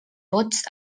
vots